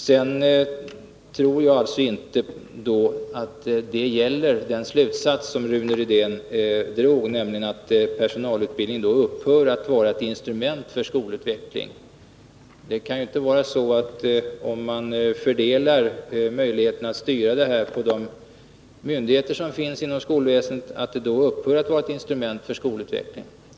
Jag tror alltså inte att den slutsats gäller som Rune Rydén drog, nämligen att personalutbildningen då upphör att vara ett instrument för skolutvecklingen. Det kan ju inte vara så att denna utbildning, om man fördelar möjligheterna att styra den på de myndigheter som finns inom skolväsendet, upphör att vara ett instrument för skolutvecklingen.